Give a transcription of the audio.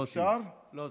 לא עושים.